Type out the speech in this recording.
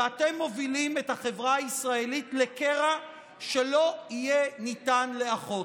ואתם מובילים את החברה הישראלית לקרע שלא יהיה ניתן לאחות.